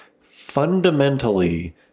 fundamentally